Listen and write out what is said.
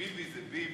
ביבי זה ביבי,